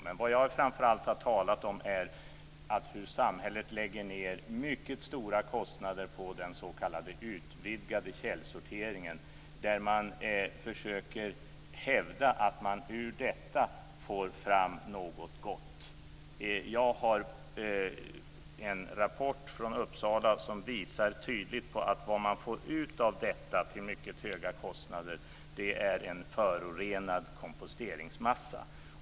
Men vad jag framför allt har talat om är hur samhället lägger ned mycket stora kostnader på den s.k. utvidgade källsorteringen, där man försöker hävda att man ur denna får fram något gott. Jag har en rapport från Uppsala som tydligt visar att vad man får ut av detta till mycket höga kostnader är en förorenad komposteringsmassa.